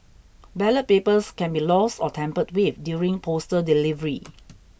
ballot papers can be lost or tampered with during postal delivery